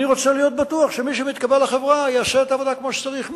אני רוצה להיות בטוח שמי שמתקבל לחברה יעשה את העבודה כמו שצריך.